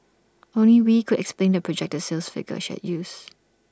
only wee could explain the projected sales figure she had used